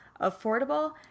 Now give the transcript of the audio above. affordable